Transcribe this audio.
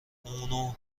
اونو